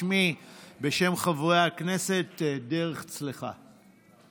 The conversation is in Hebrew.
בשמי ובשם חברי הכנסת דרך צלחה.